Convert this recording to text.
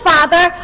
Father